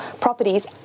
properties